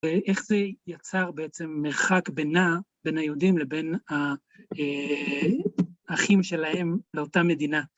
‫ואיך זה יצר בעצם מרחק בינה, ‫בין היהודים לבין האחים שלהם לאותה מדינה?